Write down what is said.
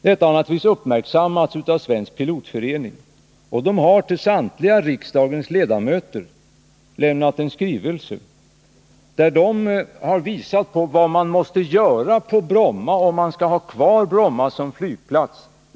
Detta har naturligtvis uppmärksammats av Svensk pilotförening. Föreningen har till samtliga riksdagens ledamöter lämnat en skrivelse, i vilken man pekat på vad som måste göras ur flygsäkerhetssynpunkt om man skall ha kvar Bromma som flygplats.